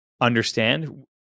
understand